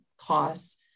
costs